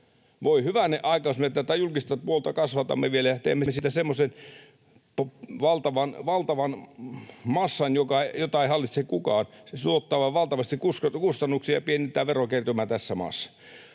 aika! Jos me tätä julkista puolta kasvatamme vielä ja teemme siitä semmoisen valtavan massan, jota ei hallitse kukaan, niin se tuottaa vain valtavasti kustannuksia ja pienentää verokertymää tässä maassa.